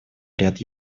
ряд